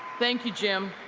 thank you, jim.